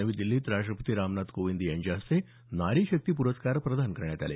नवी दिल्लीत राष्ट्रपती रामनाथ कोविंद यांच्या हस्ते नारी शक्ती पुरस्कार प्रदान करण्यात आले